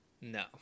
No